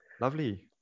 lovely